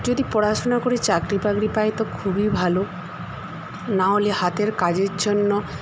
যদি পড়াশুনো করে চাকরি বাকরি পাই তো খুবই ভালো নাহলে হাতের কাজের জন্য